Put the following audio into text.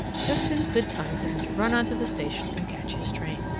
just in good time for him to run on to the station and catch his train.